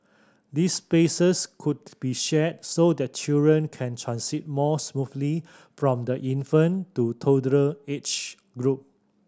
these spaces could be shared so that children can transit more smoothly from the infant to toddler age group